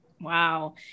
Wow